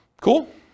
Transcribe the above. Cool